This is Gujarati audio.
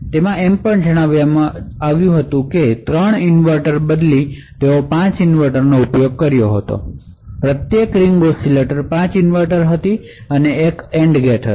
તેઓ એમ પણ જણાવ્યું હતું કે 3 ઈન્વર્ટર બદલે તેઓ 5 ઈન્વર્ટર ઉપયોગ કર્યો હતો પ્રત્યેક રીંગ ઓક્સિલેટરમાં 5 ઈન્વર્ટર અને એક and ગેટ હતો